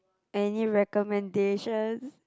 any recommendations